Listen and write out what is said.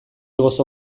gozo